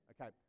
Okay